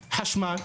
חשמל,